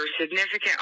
significant